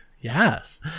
Yes